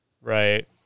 right